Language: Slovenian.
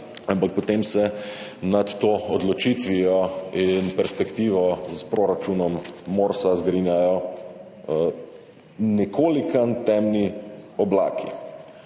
Ampak potem se nad to odločitvijo in perspektivo s proračunom MORS zgrinjajo nekoliko temni oblaki.